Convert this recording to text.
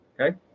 Okay